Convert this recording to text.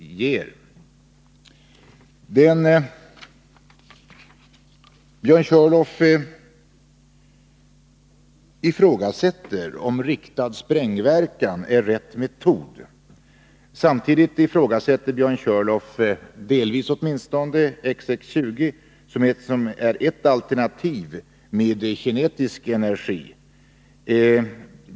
Björn Körlof ifrågasätter om riktad sprängverkan är rätt metod. Samtidigt ifrågasätter Björn Körlof — delvis åtminstone — XX 20, som är ett alternativ med kinetisk energi.